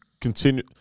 continue-